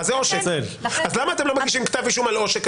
אז למה אתם לא מגישים היום כתב אישום על עושק?